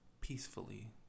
peacefully